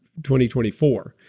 2024